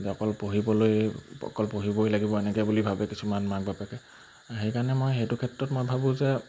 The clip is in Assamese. অকল পঢ়িবলৈ অকল পঢ়িবই লাগিব এনেকৈ বুলি ভাবে কিছুমান মাক বাপেকে সেইকাৰণে মই সেইটো ক্ষেত্ৰত মই ভাবোঁ যে